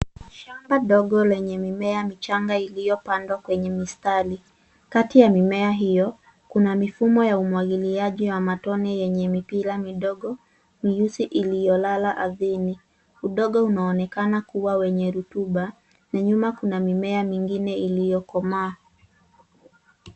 Shamba ndogo lenye mimea michanga iliyopandwa kwenye mistari. Kati ya mimea hiyo kuna mifumo ya umwagiliaji wa matone yenye mipira midogo mieusi iliyolala ardhini. Udongo unaonekana kuwa wenye rutuba na nyuma kuna mimea mingine iliyokomaa.